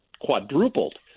quadrupled